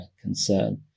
concern